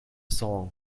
song